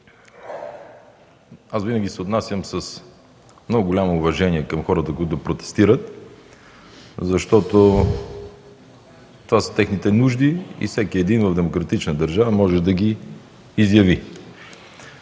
аз винаги се отнасям с много голямо уважение към хората, които протестират, защото това са техните нужди и всеки един в демократична държава може да ги изяви.